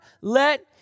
let